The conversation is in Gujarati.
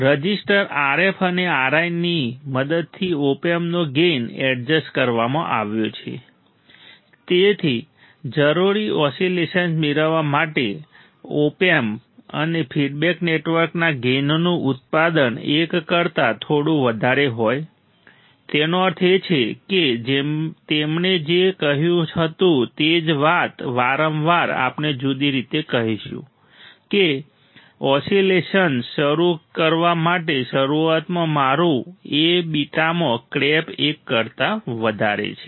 રઝિસ્ટર RF અને RI ની મદદથી ઓપ એમ્પનો ગેઇન એડજસ્ટ કરવામાં આવ્યો છે જેથી જરૂરી ઓસિલેશન મેળવવા માટે ઓપ એમ્પ અને ફીડબેક નેટવર્કના ગેઇનનું ઉત્પાદન એક કરતા થોડું વધારે હોય તેનો અર્થ એ છે કે તેમણે જે કહ્યું હતું તે જ વાત વારંવાર આપણે જુદી રીતે કહીશું કે કે ઓસિલેશન શરૂ કરવા માટે શરૂઆતમાં મારું A બીટામાં ક્રેપ એક કરતા વધારે છે